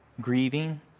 grieving